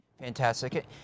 Fantastic